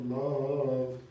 love